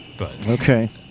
Okay